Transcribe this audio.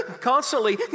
constantly